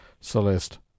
Celeste